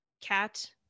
cat